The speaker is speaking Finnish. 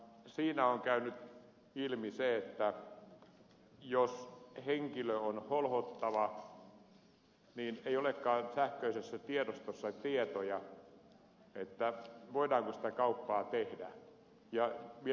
siinä on käynyt ilmi se että jos henkilö on holhottava niin ei olekaan sähköisessä tiedostossa tietoja voidaanko sitä kauppaa tehdä